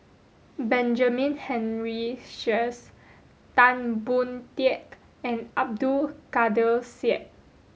Benjamin Henry Sheares Tan Boon Teik and Abdul Kadir Syed